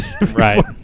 Right